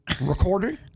Recorded